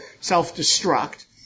self-destruct